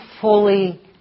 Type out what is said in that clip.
fully